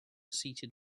seated